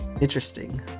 interesting